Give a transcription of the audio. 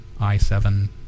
i7